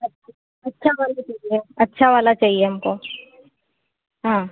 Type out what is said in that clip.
अच्छा अच्छा वाला दीजिए अच्छा वाला चाहिए हमको हाँ